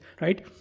right